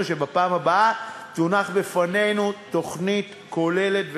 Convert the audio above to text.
שבפעם הבאה תונח בפנינו תוכנית כוללת,